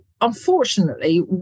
unfortunately